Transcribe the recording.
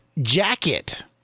jacket